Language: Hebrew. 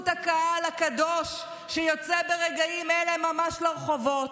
הקהל הקדוש שיוצא ברגעים אלה ממש לרחובות.